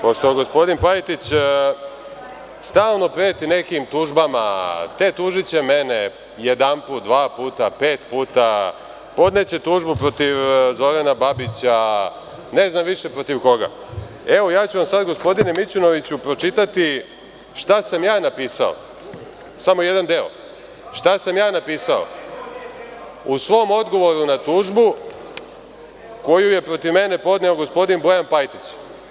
Pošto gospodin Pajtić stalno preti nekim tužbama, te tužiće mene jedanput, dva puta, pet puta, podneće tužbu protiv Zorana Babića, ne znam više protiv koga, evo ja ću vam sada, gospodine Mićunoviću, pročitaću šta sam ja napisao, samo jedan deo, šta sam ja napisao u svom odgovoru na tužbu koju je protiv mene podneo gospodin Bojan Pajtić.